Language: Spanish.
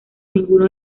ninguno